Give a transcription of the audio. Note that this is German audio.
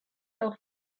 auch